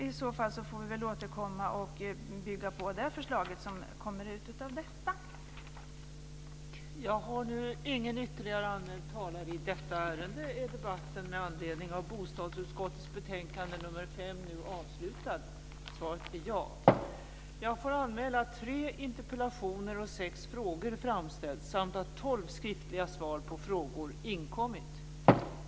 I så fall får vi väl återkomma och bygga på det förslag som kan komma ut av den utredningen.